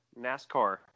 NASCAR